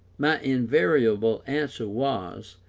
my invariable answer was,